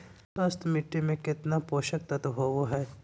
स्वस्थ मिट्टी में केतना पोषक तत्त्व होबो हइ?